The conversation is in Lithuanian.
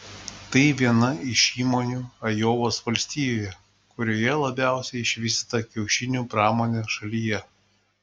tai viena iš įmonių ajovos valstijoje kurioje labiausiai išvystyta kiaušinių pramonė šalyje